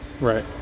Right